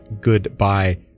Goodbye